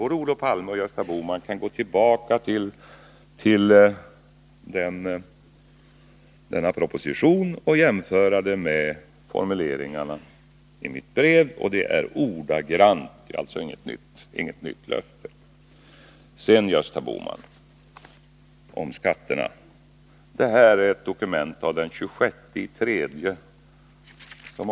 Både Olof Palme och Gösta Bohman kan gå tillbaka till denna proposition och jämföra formuleringarna där med formuleringarna i mitt brev. De är ordagrant lika, och det är alltså inget nytt löfte. Sedan om skatterna, Gösta Bohman. Jag har här ett dokument av den 26 mars.